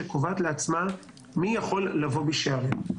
שקובעת לעצמה מי יכול לבוא בשעריה.